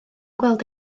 gweld